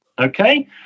Okay